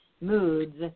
moods